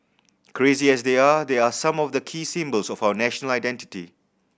crazy as they are these are some of the key symbols of our national identity